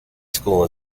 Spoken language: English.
school